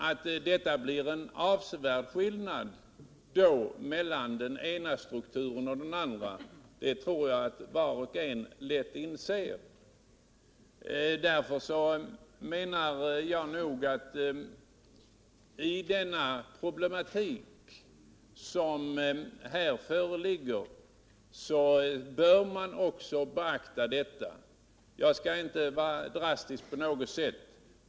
Att det då blir en avsevärd skillnad mellan den ena strukturen och den andra tror jag var och en lätt inser. Mot denna bakgrund menar jag att när det gäller den problematik som här föreligger bör man också beakta detta. Jag skall inte vara drastisk på något sätt.